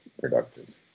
productive